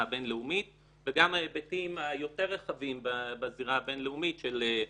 הבינלאומית וגם ההיבטים היותר רחבים בזירה הבינלאומית של מעמדה,